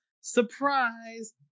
surprise